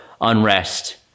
unrest